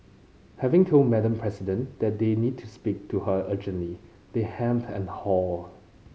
having told Madam President that they need to speak to her urgently they hem and haw